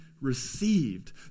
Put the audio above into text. received